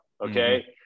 okay